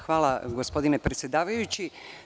Hvala gospodine predsedavajući.